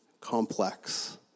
complex